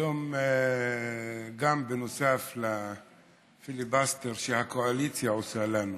היום, בנוסף לפיליבסטר שהקואליציה עושה לנו